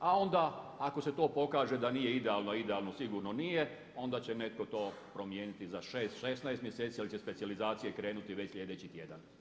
A onda ako se to pokaže da nije idealno a idealno sigurno nije, onda će netko to promijeniti za 6, 16 mjeseci ali će specijalizacije krenuti već sljedeći tjedan.